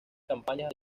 campañas